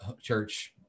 church